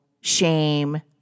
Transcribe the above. shame